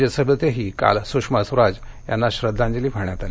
राज्यसभेतही काल सुषमा स्वराज यांना श्रद्वांजली वाहण्यात आली